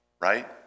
right